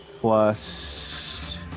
plus